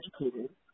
educated